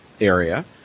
area